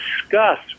discuss